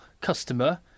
customer